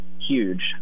huge